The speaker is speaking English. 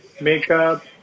makeup